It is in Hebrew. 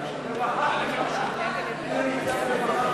שיקום אסירים,